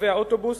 בקווי האוטובוס,